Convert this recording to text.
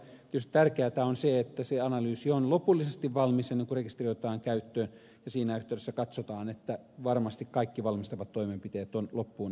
tietysti tärkeätä on se että se analyysi on lopullisesti valmis ennen kuin rekisteri otetaan käyttöön ja siinä yhteydessä katsotaan että varmasti kaikki valmistavat toimenpiteet on loppuun asti suoritettu